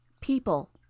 People